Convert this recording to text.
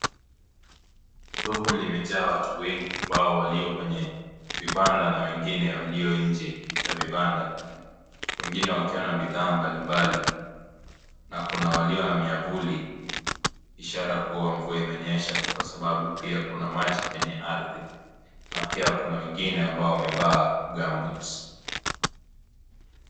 Soko limeja watu wengi ambao walio kwenye vibanda na wengine walio nje ya vibanda. Wengine wakiwa na bidha ambalimbali na kuna walio na miavuli ishara kuwa mvua imenyesha kwa sababu pia kuna maji kwenye ardhi na pia kuna wengine ambao wamevaa (CS)gumboots(CS).